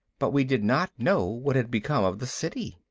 but we did not know what had become of the city.